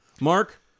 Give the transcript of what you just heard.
Mark